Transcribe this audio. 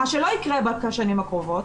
מה שלא יקרה בשנים הקרובות.